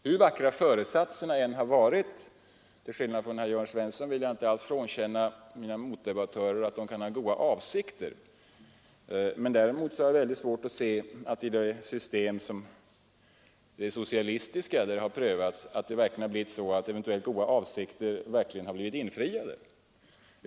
Hur vackra föresatserna än har varit — till skillnad från herr Jörn Svensson vill jag Nr 89 inte alls frånkänna mina motdebattörer att de kan ha goda avsikter — har Måndagen den jag svårt att se att i länder där det socialistiska systemet har prövats 27 maj 1974 eventuella goda avsikter verkligen blivit infriade.